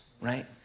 right